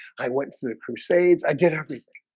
i went to the crusades. i did everything